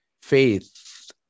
faith